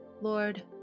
Lord